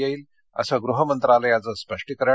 येईल असं गृह मंत्रालयाचं स्पष्टीकरण